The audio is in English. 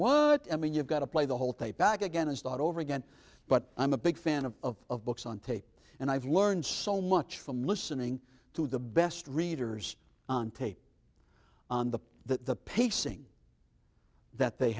i mean you've got to play the whole tape back again and start over again but i'm a big fan of of books on tape and i've learned so much from listening to the best readers on tape on the the pacing that they